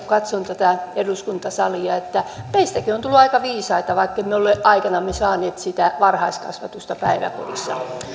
katson tätä eduskuntasalia että meistäkin on tullut aika viisaita vaikka emme ole aikanamme saaneet varhaiskasvatusta päiväkodissa